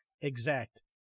exact